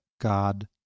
God